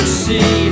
see